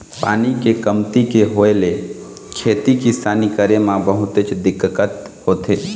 पानी के कमती के होय ले खेती किसानी करे म बहुतेच दिक्कत होथे